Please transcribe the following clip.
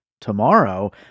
tomorrow